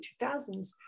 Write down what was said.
2000s